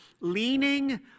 leaning